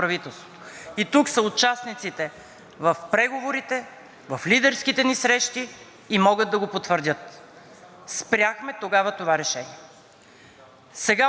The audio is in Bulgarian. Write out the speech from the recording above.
Спряхме тогава това решение! Сега обаче очевидно има разлика. Каква е тя?